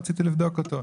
רציתי לבדוק אותו.